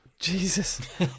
Jesus